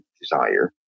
desire